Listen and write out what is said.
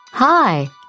Hi